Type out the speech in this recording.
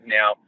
Now